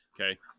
okay